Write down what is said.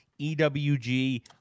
EWG